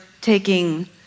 taking